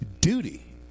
duty